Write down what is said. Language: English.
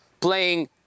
playing